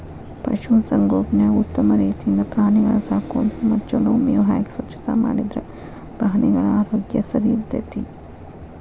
ಪಶು ಸಂಗೋಪನ್ಯಾಗ ಉತ್ತಮ ರೇತಿಯಿಂದ ಪ್ರಾಣಿಗಳ ಸಾಕೋದು ಮತ್ತ ಚೊಲೋ ಮೇವ್ ಹಾಕಿ ಸ್ವಚ್ಛತಾ ಮಾಡಿದ್ರ ಪ್ರಾಣಿಗಳ ಆರೋಗ್ಯ ಸರಿಇರ್ತೇತಿ